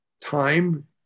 time